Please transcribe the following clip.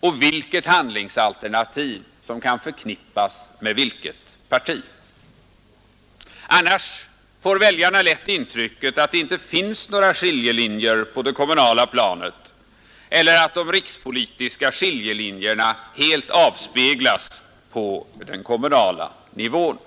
och vilket handlingsalternativ som kan förknippas med vilket parti. Annars får väljarna lätt intrycket att det inte finns några skiljelinjer på det kommunala planet eller att de rikspolitiska skiljelinjerna helt avspeglas på den kommunala nivån.